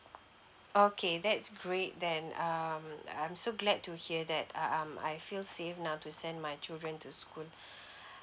okay that's great then um I'm so glad to hear that uh um I feel safe now to send my children to school